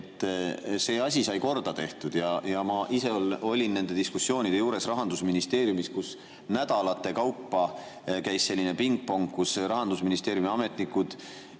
see asi sai korda tehtud. Ja ma ise olin nende diskussioonide juures Rahandusministeeriumis, kus nädalate kaupa käis selline pingpong – Rahandusministeeriumi ametnikud